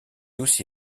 aussi